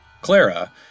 Clara